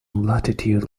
latitude